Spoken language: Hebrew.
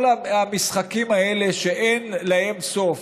כל המשחקים האלה שאין להם סוף.